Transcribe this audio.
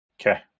Okay